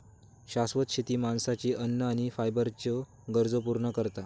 शाश्वत शेती माणसाची अन्न आणि फायबरच्ये गरजो पूर्ण करता